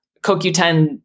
CoQ10